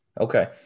Okay